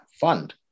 fund